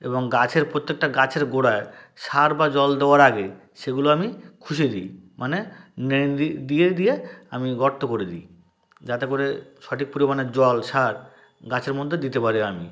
এবং গাছের প্রত্যেকটা গাছের গোড়ায় সার বা জল দেওয়ার আগে সেগুলো আমি খুসে দিই মানে নিড়ানি দিয়ে দিয়ে আমি গর্ত করে দিই যাতে করে সঠিক পরিমাণে জল সার গাছের মধ্যে দিতে পারি আমি